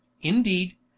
indeed